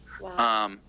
Wow